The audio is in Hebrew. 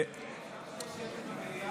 אפשר שיהיה שקט במליאה?